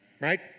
Right